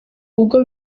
uwo